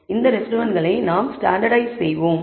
இந்த ரெஸிடுவல்களை நாம் ஸ்டாண்டர்ட்டைஸ் செய்வோம்